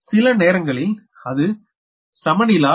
சில நேரங்களில் அது சமனிலா